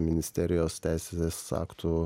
ministerijos teisės aktų